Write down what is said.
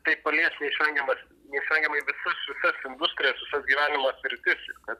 tai palies neišvengiamas neišvengiamai visas visas industracijas visas gyvenimo sritis ir kad